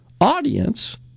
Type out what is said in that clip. audience